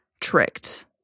tricked